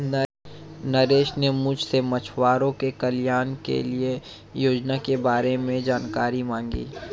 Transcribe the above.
नरेश ने मुझसे मछुआरों के कल्याण के लिए योजना के बारे में जानकारी मांगी